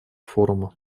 форума